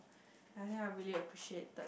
I think I really appreciated